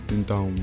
Então